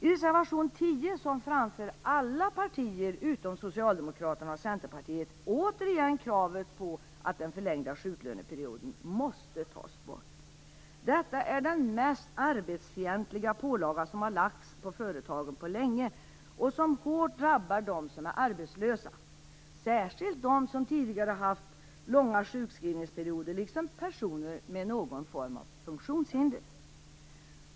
I reservation 10 framför alla partier utom Socialdemokraterna och Centerpartiet återigen kravet på att den förlängda sjuklöneperioden måste tas bort. Detta är den mest arbetsfientliga pålaga som har lagts på företagen på länge och som hårt drabbar dem som är arbetslösa, särskilt dem som tidigare haft långa sjukskrivningsperioder liksom personer med någon form av funktionshinder.